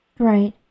Right